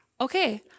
okay